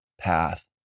path